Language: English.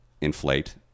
Inflate